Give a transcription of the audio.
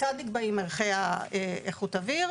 כיצד נקבעים ערכי איכות אוויר.